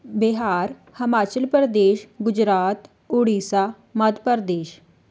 Bihar Himachal Pradesh Gujarat Odisha Madhya Pradesh